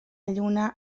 lluna